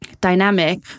dynamic